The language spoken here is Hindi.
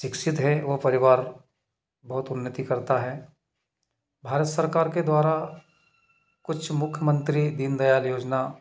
शिक्षित हैं वह परिवार बहुत उन्नति करता हैं भारत सरकार के द्वारा कुछ मुख्यमंत्री दीनदयाल योजना